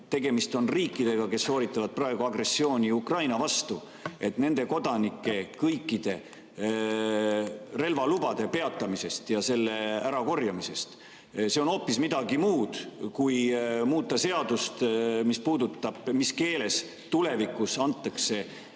tegemist on riikidega, kes sooritavad praegu agressiooni Ukraina vastu – kõikide relvalubade peatamisest ja [neilt relvade] ärakorjamisest. See on hoopis midagi muud kui muuta seadust, mis puudutab seda, mis keeles tulevikus tehakse